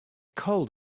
cold